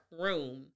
room